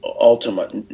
ultimate